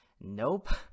Nope